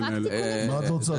מה את רוצה?